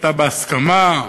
שהייתה בהסכמה,